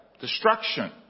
destruction